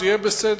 זה יהיה בסדר,